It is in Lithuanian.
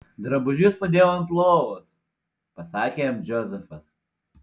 drabužius padėjau ant lovos pasakė jam džozefas